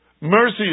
Mercy